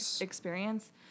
experience